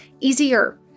easier